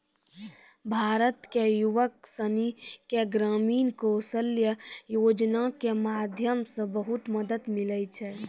भारत के युवक सनी के ग्रामीण कौशल्या योजना के माध्यम से बहुत मदद मिलै छै